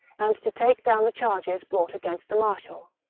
and to take down the charges brought against the marshal.